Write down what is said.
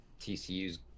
tcu's